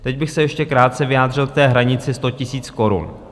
Teď bych se ještě krátce vyjádřil k hranici 100 000 korun.